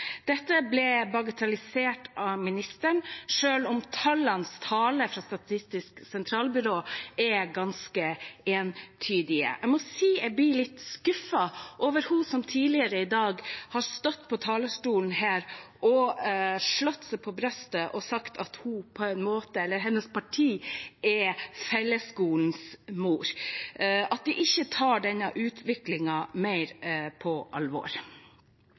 Dette ble bagatellisert av ministeren, selv om tallenes tale fra Statistisk sentralbyrå er ganske entydige. Jeg må si jeg blir litt skuffet over henne som tidligere i dag har stått her på talerstolen og slått seg på brystet og sagt at hennes parti er fellesskolens mor – at hun ikke tar denne utviklingen mer på alvor.